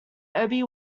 obi